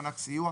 מענק סיוע),